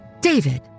David